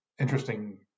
interesting